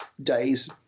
days